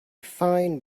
fine